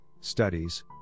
studies